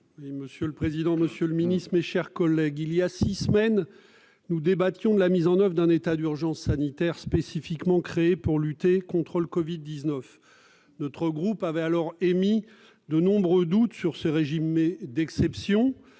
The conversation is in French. Monsieur le président, monsieur le ministre, mes chers collègues, il y a six semaines, nous débattions de la mise en oeuvre d'un état d'urgence sanitaire spécifiquement créé pour lutter contre le Covid-19. Notre groupe avait alors émis de nombreux doutes sur ce régime d'exception.